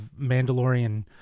Mandalorian